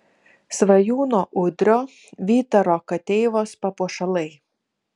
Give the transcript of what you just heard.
svajūno udrio vytaro kateivos papuošalai